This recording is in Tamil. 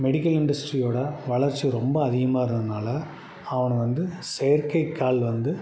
மெடிக்கல் இன்டஸ்ட்ரீயோடய வளர்ச்சி ரொம்ப அதிகமாக இருந்ததுனால் அவனை வந்து செயற்கை கால் வந்து